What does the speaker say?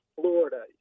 Florida